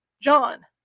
John